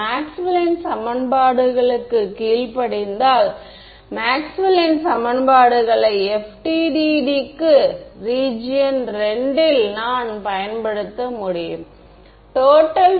எனவே எங்கள் வழக்கமான மேக்ஸ்வெல்லின் சமன்பாடுகளை மீண்டும் பயனுள்ள வகையில் எழுத முயற்சிக்கலாம்